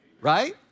Right